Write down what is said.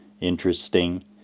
interesting